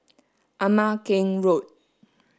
Ama Keng Road